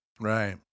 Right